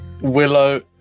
Willow